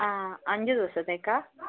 ആ അഞ്ചു ദിവസത്തേക്കാണോ